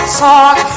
talk